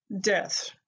death